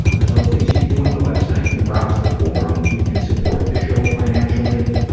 there's other things you can do on the website, you can browse the forum, you can support the show financially, um